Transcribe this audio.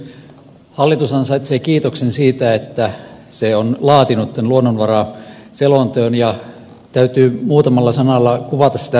hallitus ansaitsee kiitoksen siitä että se on laatinut tämän luonnonvaraselonteon ja täytyy muutamalla sanalla kuvata sitä taustaa